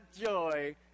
joy